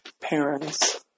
parents